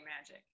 magic